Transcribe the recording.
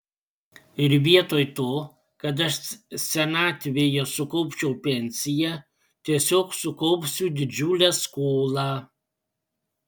ir vietoj to kad aš senatvėje sukaupčiau pensiją tiesiog sukaupsiu didžiulę skolą